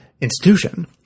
institution